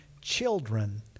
children